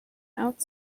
out